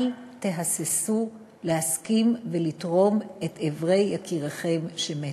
אל תהססו להסכים לתרום את איברי יקיריכם שמתו.